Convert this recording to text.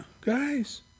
guys